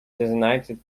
designated